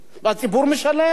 והציבור משלם.